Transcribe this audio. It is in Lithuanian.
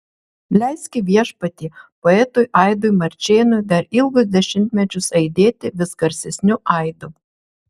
leiski viešpatie poetui aidui marčėnui dar ilgus dešimtmečius aidėti vis garsesniu aidu